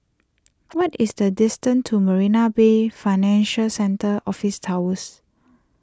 what is the distance to Marina Bay Financial Centre Office Towers